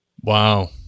Wow